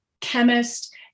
chemist